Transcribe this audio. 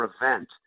prevent